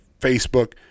Facebook